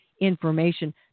information